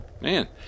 man